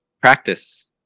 practice